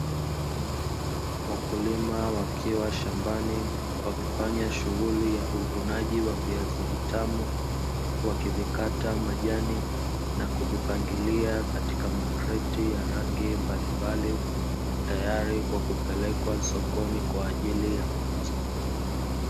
Wakulima wakiwa shambani wakifanya shughuli ya uvunaji wa viazi vitamu, wakivikata majani na kuvipangilia katika makreti ya rangi mbalimbali, tayari kwa kupelekwa sokoni kwa ajili ya mauzo.